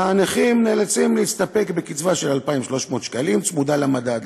והנכים נאלצים להסתפק בקצבה של 2,300 שקלים צמודה למדד.